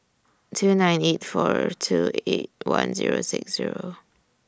two nine eight four two eight one Zero six Zero